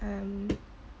um